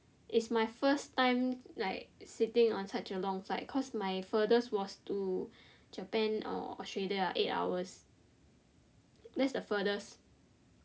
it's my first time like sitting on such a long flight cause my farthest was to Japan or Australia uh eight hours that's the farthest